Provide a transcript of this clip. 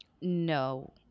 No